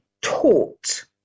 taught